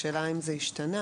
השאלה, האם זה השתנה?